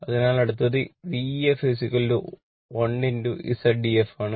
അതിനാൽ അടുത്തത് VefI Zef ആണ്